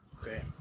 Okay